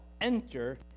enter